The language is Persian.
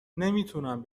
نمیتونم